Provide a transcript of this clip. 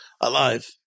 alive